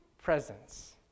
presence